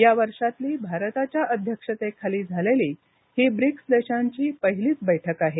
या वर्षातली भारताच्या अध्यक्षतेखाली झालेली ही ब्रिक्स देशांची पहिलीच बैठक आहे